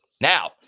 Now